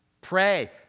Pray